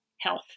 health